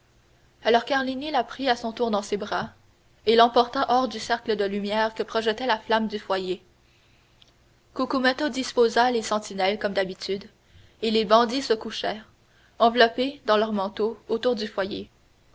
alors carlini la prit à son tour dans ses bras et l'emporta hors du cercle de lumière que projetait la flamme du foyer cucumetto disposa les sentinelles comme d'habitude et les bandits se couchèrent enveloppés dans leurs manteaux autour du foyer